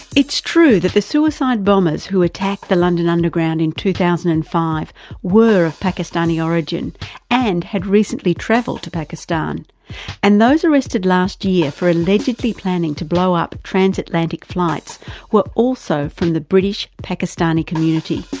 it's true that the suicide bombers who attacked the london underground in two thousand and five were of pakistani origin and had recently travelled to pakistan and those arrested last year for allegedly planning to blow up transatlantic flights were also from the british pakistani community.